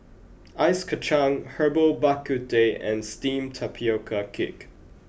ice Kachang Herbal Bak Ku Teh and steamed Tapioca cake